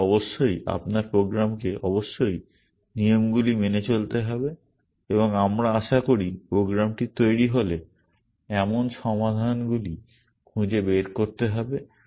তাদের অবশ্যই আপনার প্রোগ্রামকে অবশ্যই নিয়মগুলি মেনে চলতে হবে এবং আমরা আশা করি প্রোগ্রামটি তৈরি হলে এমন সমাধানগুলি খুঁজে বের করতে হবে